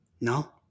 No